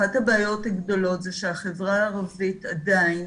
אחת הבעיות הגדולות זה שהחברה הערבית עדיין